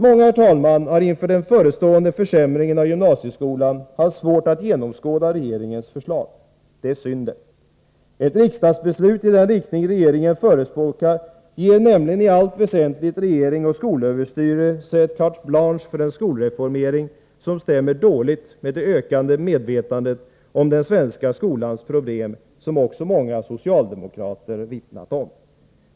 Många har inför den förestående försämringen av gymnasieskolan haft svårt att genomskåda regeringens förslag. Det är synd. Ett riksdagsbeslut i den riktning regeringen förespråkar ger nämligen i allt väsentligt regering och skolöverstyrelse ett carte blanche för en skolreformering som stämmer dåligt med det ökade medvetandet om den svenska skolans problem, som också många socialdemokrater vittnat om.